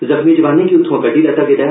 जख्मीं जवानें गी उत्थ्आं कड्डी लैता गेदा ऐ